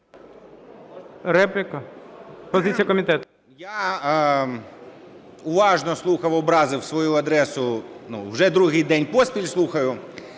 Я уважно слухав образи в свою адресу. Ну, вже другий день поспіль слухаю.